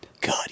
God